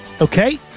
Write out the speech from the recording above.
Okay